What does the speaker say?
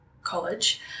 college